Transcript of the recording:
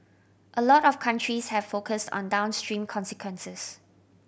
a lot of countries have focused on downstream consequences